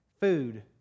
food